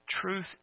truth